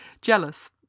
jealous